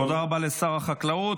תודה רבה לשר החקלאות.